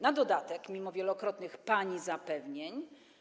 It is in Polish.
Na dodatek mimo wielokrotnych pani zapewnień.